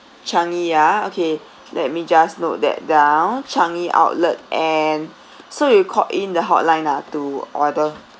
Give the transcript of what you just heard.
changi ah okay let me just note that down changi outlet and so you called in the hotline lah to order